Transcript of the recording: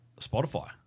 Spotify